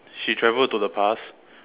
she travelled to the past